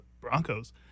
Broncos